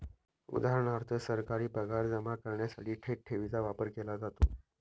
उदा.सरकारी पगार जमा करण्यासाठी थेट ठेवीचा वापर केला जातो